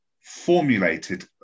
formulated